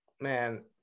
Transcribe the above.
Man